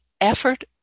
effort